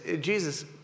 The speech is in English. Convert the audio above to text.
Jesus